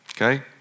Okay